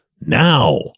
Now